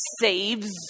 saves